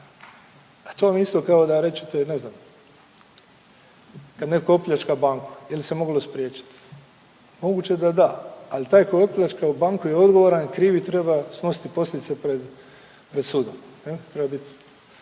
pa to vam je isto kao da rečete ne znam kad netko opljačka banku je li se moglo spriječiti. Moguće je da da, ali taj koji je opljačkao banku je odgovoran, kriv i treba snositi posljedice pred,